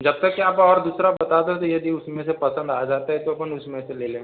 जब तक के आप और दूसरा बता दो तो यदि उसमें से पसंद आ जाता है तो अपन उसमें से ले लेंगे